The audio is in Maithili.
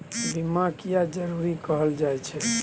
बीमा किये जरूरी कहल जाय छै?